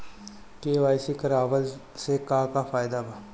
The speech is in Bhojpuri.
के.वाइ.सी करवला से का का फायदा बा?